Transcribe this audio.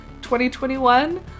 2021